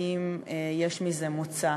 האם יש מזה מוצא.